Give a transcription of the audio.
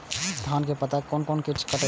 धान के पत्ता के कोन कीट कटे छे?